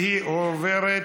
והיא עוברת